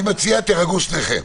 אני מציע שתירגעו שתיכן.